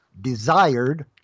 desired